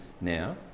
now